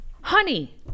Honey